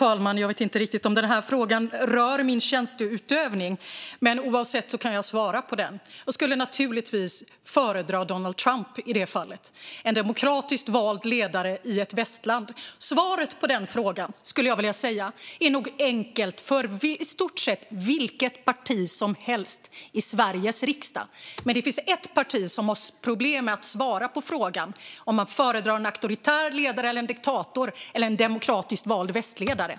Fru talman! Jag vet inte riktigt om den här frågan rör min tjänsteutövning. Men oavsett det kan jag svara på den. Jag skulle naturligtvis föredra Donald Trump i det fallet, en demokratiskt vald ledare i ett västland. Jag skulle vilja säga att svaret på den frågan nog är enkelt för i stort sett vilket parti som helst i Sveriges riksdag. Men det finns ett parti som har problem med att svara på frågan om man föredrar en auktoritär ledare, en diktator eller en demokratiskt vald västledare.